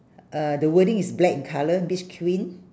uh the wording is black in colour beach queen